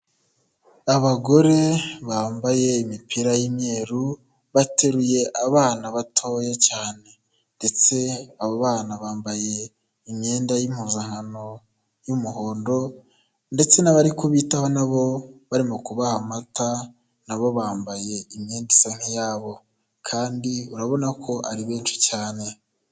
Abagore bambaye imipira y'imyeru, bateruye abana batoya cyane. Ndetse abo bana bambaye imyenda y'impuzankano y'umuhondo ndetse n'abari kubitaho na bo barimo kubabaha amata na bo bambaye imyenda isa nk'iyabo. Kandi urabona ko ari benshi cyane.